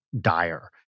dire